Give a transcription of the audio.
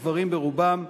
גברים ברובם,